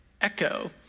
echo